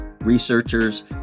researchers